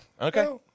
okay